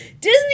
Disney